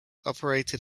operated